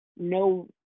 no